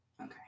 Okay